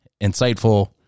insightful